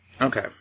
Okay